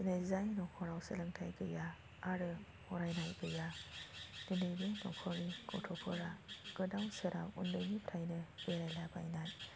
दिनै जाय न'खराव सोलोंथाय गैया आरो फरायनाय गैया दिनै बे न'खरनि गथ'फोरा गोदाव सोराव उन्दैनिफ्रायनो बेरायलाबायनाय